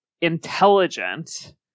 intelligent